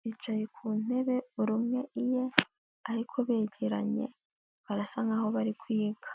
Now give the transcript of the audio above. bicaye ku ntebe buri umwe iye ariko begeranye, barasa nk'aho bari kwiga.